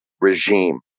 regime